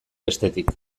bestetik